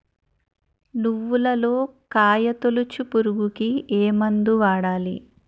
నువ్వులలో కాయ తోలుచు పురుగుకి ఏ మందు వాడాలి?